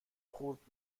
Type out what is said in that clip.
خورد